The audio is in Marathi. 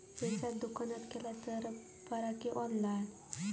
रिचार्ज दुकानात केला तर बरा की ऑनलाइन?